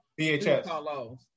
VHS